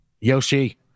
Yoshi